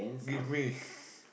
give me